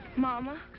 mama.